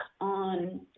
on